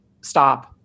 stop